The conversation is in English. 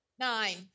Nine